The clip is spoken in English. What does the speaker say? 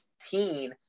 15